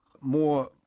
more